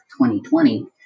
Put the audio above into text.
2020